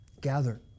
gather